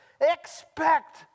Expect